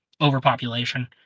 overpopulation